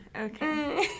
okay